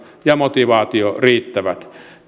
ja motivaatio riittävät